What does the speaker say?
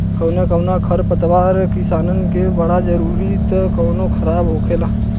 कौनो कौनो खर पतवार किसानन के बड़ जरूरी त कौनो खराब होखेला